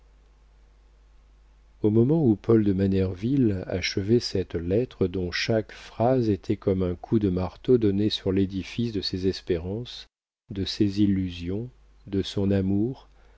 au moment où paul de manerville achevait cette lettre dont chaque phrase était comme un coup de marteau donné sur l'édifice de ses espérances de ses illusions de son amour